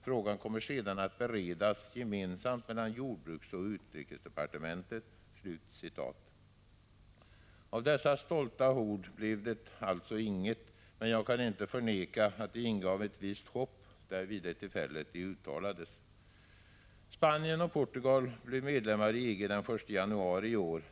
Frågan kommer sedan att beredas gemensamt mellan jordbruksoch utrikesdepartementen.” Av dessa stolta ord blev alltså inget, men jag kan inte förneka att de ingav ett visst hopp vid det tillfälle då de uttalades. Spanien och Portugal blev medlemmar i EG den 1 januari i år.